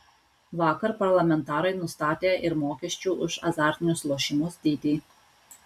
vakar parlamentarai nustatė ir mokesčių už azartinius lošimus dydį